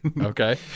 Okay